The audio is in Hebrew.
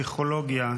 לפסיכולוגיה.